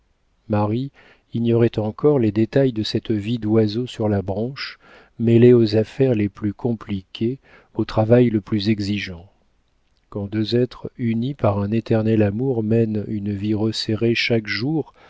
marie ignorait encore les détails de cette vie d'oiseau sur la branche mêlée aux affaires les plus compliquées au travail le plus exigeant quand deux êtres unis par un éternel amour mènent une vie resserrée chaque jour